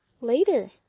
later